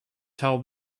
tell